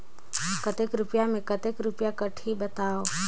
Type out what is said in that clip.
कतेक रुपिया मे कतेक रुपिया कटही बताव?